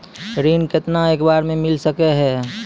ऋण केतना एक बार मैं मिल सके हेय?